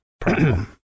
problem